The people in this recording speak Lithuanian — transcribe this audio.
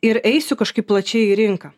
ir eisiu kažkaip plačiai į rinką